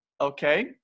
okay